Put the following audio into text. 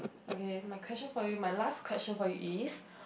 okay my question for you my last question for you is